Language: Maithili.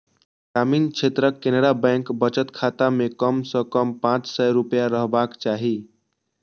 ग्रामीण क्षेत्रक केनरा बैंक बचत खाता मे कम सं कम पांच सय रुपैया रहबाक चाही